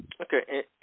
Okay